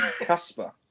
Casper